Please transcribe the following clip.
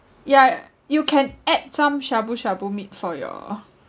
ya you can add some shabu shabu meat for your